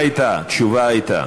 תשובה הייתה.